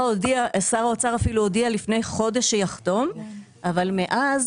שר האוצר אפילו הודיע לפני חודש שיחתום, אבל מאז